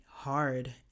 hard